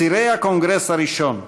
צירי הקונגרס הראשון,